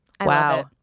Wow